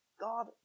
God